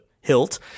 Hilt